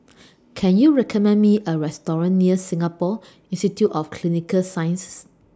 Can YOU recommend Me A Restaurant near Singapore Institute of Clinical Sciences